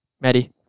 Maddie